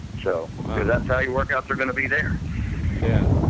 so that's how your workouts are going to be there yeah,